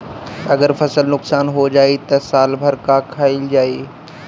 अगर फसल नुकसान हो जाई त साल भर का खाईल जाई